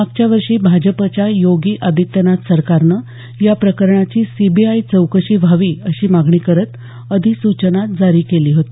मागच्या वर्षी भाजपच्या योगी आदित्यनाथ सरकारनं या प्रकरणाची सीबीआय चौकशी व्हावी अशी मागणी करत अधिसूचना जारी केली होती